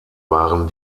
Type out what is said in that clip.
waren